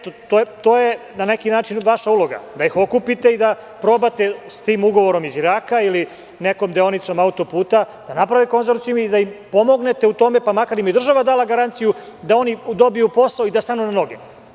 To je na neki način vaša uloga, da ih okupite i da probate s tim ugovorom iz Iraka ili nekom deonicom autoputa da naprave konzorcijum i da im pomognete u tome, pa makar im i država dala garanciju da oni dobiju posao i da stanu na noge.